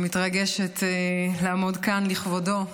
אני מתרגשת לעמוד כאן לכבודו.